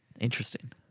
Interesting